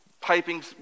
piping